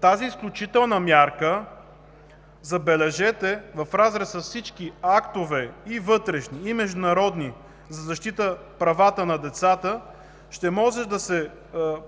Тази изключителна мярка, забележете, в разрез с всички и вътрешни, и международни актове за защита на правата на децата, ще може да се